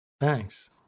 Thanks